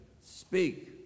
speak